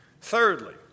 Thirdly